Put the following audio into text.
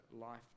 life